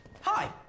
Hi